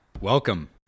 welcome